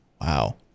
Wow